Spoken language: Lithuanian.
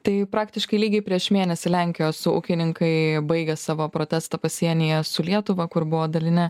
tai praktiškai lygiai prieš mėnesį lenkijos ūkininkai baigė savo protestą pasienyje su lietuva kur buvo dalinė